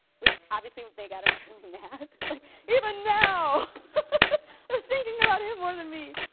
which obviously would make adams really mad. like even now they're thinking about him more than me